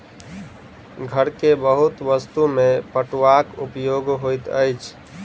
घर के बहुत वस्तु में पटुआक उपयोग होइत अछि